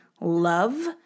love